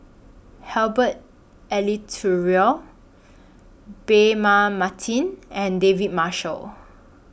Herbert Eleuterio Braema Mathi and David Marshall